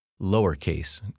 lowercase